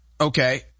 okay